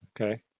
Okay